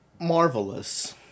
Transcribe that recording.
marvelous